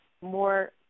more